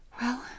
Well—